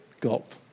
gulp